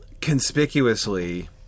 conspicuously